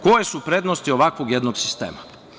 Koje su prednosti ovakvog jednog sistema?